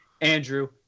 Andrew